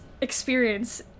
experience